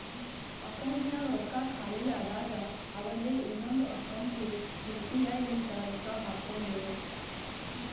ಅಕೌಂಟ್ನಾಗ್ ರೊಕ್ಕಾ ಖಾಲಿ ಆದಾಗ ಅವಂದೆ ಇನ್ನೊಂದು ಅಕೌಂಟ್ಲೆ ಯು ಪಿ ಐ ಲಿಂತ ರೊಕ್ಕಾ ಹಾಕೊಂಡುನು